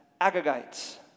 Agagites